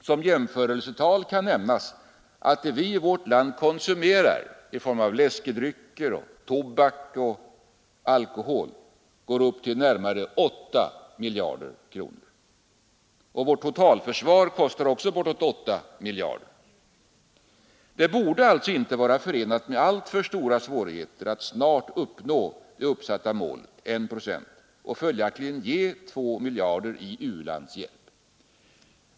Som jämförelse kan nämnas att det vi i vårt land konsumerar av läskedrycker, tobak och alkohol uppgår till närmare 8 miljarder. Vårt totalförsvar kostar också bortåt 8 miljarder. Det borde alltså inte vara förenat med alltför stora svårigheter att snart uppnå det uppsatta målet, 1 procent, och följaktligen ge 2 miljarder i u-landshjälp.